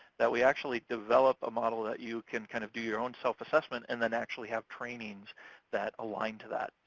that we actually develop a model that you can kind of do your own self-assessment and then actually have trainings that align to that.